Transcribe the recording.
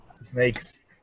Snakes